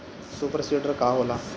Super seeder का होला?